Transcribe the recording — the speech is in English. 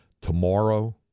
tomorrow